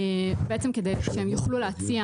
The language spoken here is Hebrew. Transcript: כדי שהן יוכלו להציע